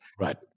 Right